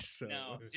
No